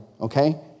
Okay